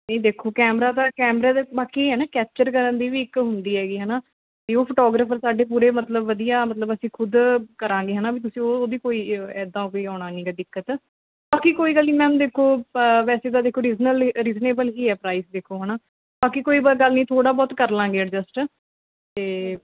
ਨਹੀਂ ਦੇਖੋ ਕੈਮਰਾ ਤਾਂ ਕੈਮਰਾ ਤਾਂ ਬਾਕੀ ਹੈ ਐਂ ਨਾ ਕੈਪਚਰ ਕਰਨ ਦੀ ਵੀ ਇੱਕ ਉਹ ਹੁੰਦੀ ਹੈਗੀ ਹੈ ਨਾ ਵੀ ਉਹ ਫੋਟੋਗ੍ਰਾਫਰ ਸਾਡੇ ਪੂਰੇ ਮਤਲਬ ਵਧੀਆ ਮਤਲਬ ਅਸੀਂ ਖੁਦ ਕਰਾਂਗੇ ਹੈ ਨਾ ਵੀ ਤੁਸੀਂ ਉਹ ਉਹਦੀ ਕੋਈ ਇੱਦਾਂ ਕੋਈ ਆਉਣਾ ਨੀਗਾ ਦਿੱਕਤ ਬਾਕੀ ਕੋਈ ਗੱਲ ਨਹੀਂ ਮੈਮ ਦੇਖੋ ਵੈਸੇ ਤਾਂ ਦੇਖੋ ਰੀਜਨਲ ਰੀਜ਼ਨੇਬਲ ਹੀ ਹੈ ਪ੍ਰਾਈਸ ਦੇਖੋ ਹੈ ਨਾ ਬਾਕੀ ਕੋਈ ਬ ਗੱਲ ਨਹੀਂ ਥੋੜ੍ਹਾ ਬਹੁਤ ਕਰ ਲਵਾਂਗੇ ਅਡਜਸਟ ਅਤੇ